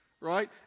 right